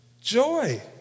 joy